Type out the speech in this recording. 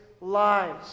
lives